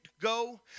go